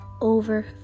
over